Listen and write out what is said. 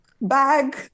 bag